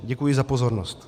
Děkuji za pozornost.